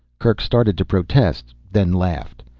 kerk started to protest, then laughed.